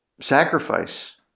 Sacrifice